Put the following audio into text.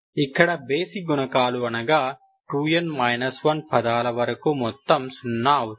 ఇక్కడ బేసి గుణకాలు అనగా 2n 1 పదాల వరకు మొత్తం సున్నా అవుతుంది